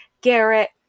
Garrett